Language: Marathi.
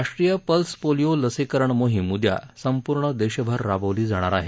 राष्ट्रीय पल्स पोलिओ लसीकरण मोहीम उद्या संपूर्ण देशभर राबवली जाणार आहे